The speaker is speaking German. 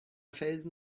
felsen